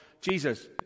Jesus